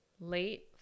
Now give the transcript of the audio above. late